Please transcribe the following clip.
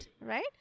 right